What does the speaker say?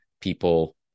people